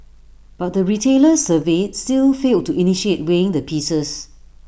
but the retailers surveyed still failed to initiate weighing the pieces